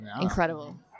incredible